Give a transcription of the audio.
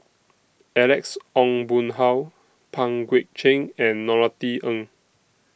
Alex Ong Boon Hau Pang Guek Cheng and Norothy Ng